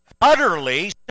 utterly